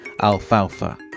alfalfa